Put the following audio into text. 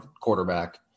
quarterback